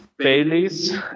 Baileys